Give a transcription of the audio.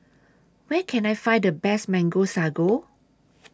Where Can I Find The Best Mango Sago